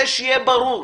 זה שיהיה ברור.